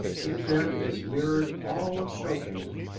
in them is mirrored all of chopin,